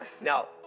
now